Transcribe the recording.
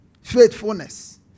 Faithfulness